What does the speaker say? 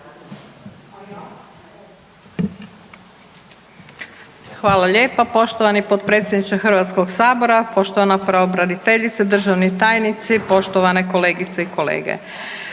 Hvala lijepa poštovani potpredsjedniče Hrvatskog sabora. Poštovana pravobraniteljice, državni tajnici, poštovane kolegice i kolege,